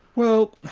well,